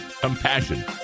compassion